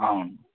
అవును